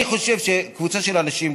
אני חושב שקבוצה של אנשים,